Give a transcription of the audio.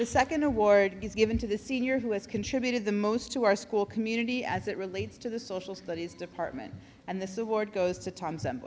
the second award is given to the senior who has contributed the most to our school community as it relates to the social studies department and this award goes to th